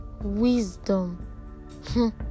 wisdom